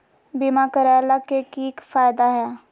बीमा करैला के की फायदा है?